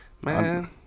Man